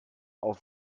auf